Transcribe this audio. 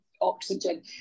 oxygen